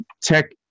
tech